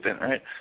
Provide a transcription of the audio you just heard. right